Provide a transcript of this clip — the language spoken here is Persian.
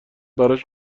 براش